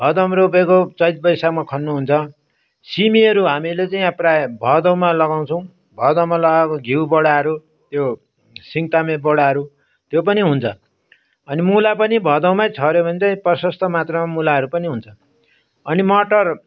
भदौमा रोपेको चैत वैशाखमा खन्नु हुन्छ सिमीहरू हामीहरूले चाहिँ यहाँ प्राय भदौमा लगाउँछौँ भदौमा लगाएको घिउ बोडाहरू त्यो सिङ्तामे बोडाहरू त्यो पनि हुन्छ अनि मूला पनि भदौमै छऱ्यो भने चाहिँ प्रशस्त मात्रमा मूलाहरू पनि हुन्छ अनि मटर